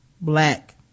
black